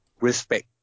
respect